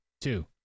two